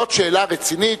זאת שאלה רצינית,